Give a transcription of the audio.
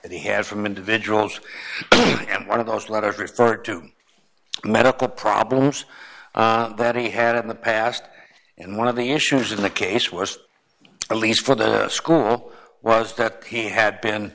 that he had from individuals and one of those letters referred to medical problems that he had in the past and one of the issues in the case was a lease for the school was that he had been